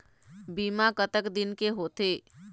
बीमा कतक दिन के होते?